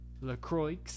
LaCroix